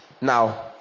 now